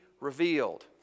revealed